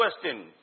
question